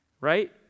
right